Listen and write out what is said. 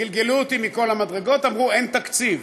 גלגלו אותי מכל המדרגות, אמרו: אין תקציב.